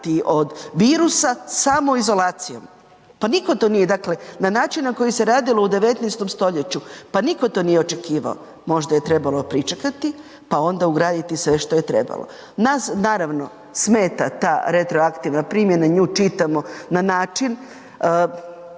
od virusa samoizolacijom? Pa niko to nije, dakle na način na koji se radilo u 19.stoljeću, pa niko to nije očekivao. Možda je trebalo pričekati, pa onda ugraditi sve što je trebalo. Nas naravno smeta ta retroaktivna primjena, nju čitamo na način